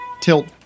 tilt